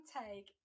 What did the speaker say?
take